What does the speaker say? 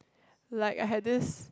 like I had this